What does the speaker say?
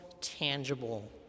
tangible